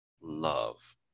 love